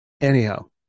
anyhow